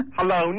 Hello